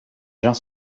gens